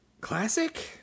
classic